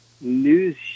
news